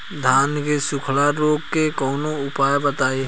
धान के सुखड़ा रोग के कौनोउपाय बताई?